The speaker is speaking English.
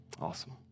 Awesome